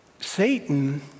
Satan